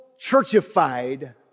churchified